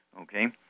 Okay